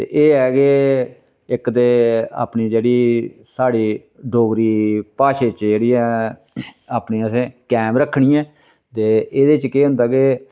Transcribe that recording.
ते एह् ऐ के इक ते अपनी जेह्ड़ी साढ़ी डोगरी भाशा च जेह्ड़ी ऐ अपनी असें कैम रक्खनी ऐ ते एह्दे च केह् होंदा के